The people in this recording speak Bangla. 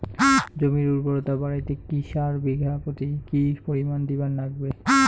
জমির উর্বরতা বাড়াইতে কি সার বিঘা প্রতি কি পরিমাণে দিবার লাগবে?